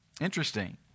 Interesting